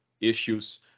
issues